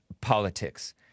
politics